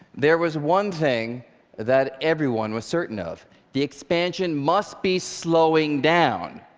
there was one thing that everyone was certain of the expansion must be slowing down.